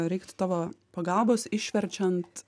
reiktų tavo pagalbos išverčiant